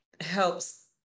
helps